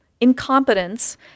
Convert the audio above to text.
Incompetence